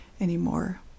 anymore